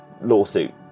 lawsuit